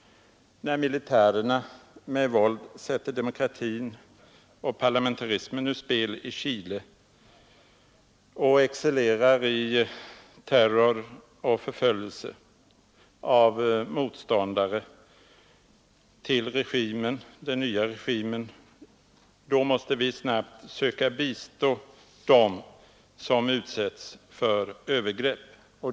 När militärerna med våld sätter demokratin och parlamentarismen ur spel i Chile och excellerar i terror och förföljelse av motståndare till den nya regimen måste vi snabbt söka bistå dem som utsätts för övergrepp.